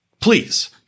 please